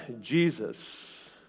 Jesus